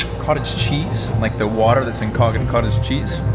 cottage cheese, like the water that's in cottage and cottage cheese,